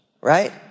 right